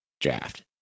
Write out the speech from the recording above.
draft